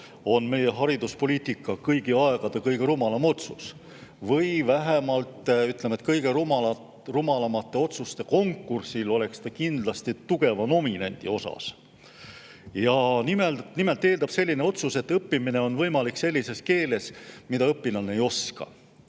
on meie hariduspoliitika kõigi aegade kõige rumalam otsus. Või vähemalt oleks see kõige rumalamate otsuste konkursil kindlasti tugeva nominendi osas. Nimelt, selline otsus eeldab, et õppimine on võimalik sellises keeles, mida õpilane ei oska.